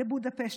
לבודפשט,